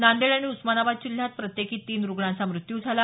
नांदेड आणि उस्मानाबाद जिल्ह्यात प्रत्येकी तीन रुग्णांचा मृत्यू झाला